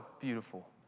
beautiful